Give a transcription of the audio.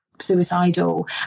suicidal